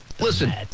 Listen